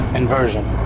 inversion